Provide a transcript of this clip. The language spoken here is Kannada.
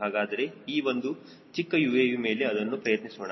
ಹಾಗಾದರೆ ಈ ಒಂದು ಚಿಕ್ಕ UAV ಮೇಲೆ ಇದನ್ನು ಪ್ರಯತ್ನಿಸೋಣ